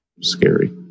Scary